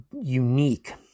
unique